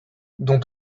dont